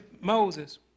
Moses